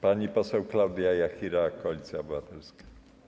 Pani poseł Klaudia Jachira, Koalicja Obywatelska.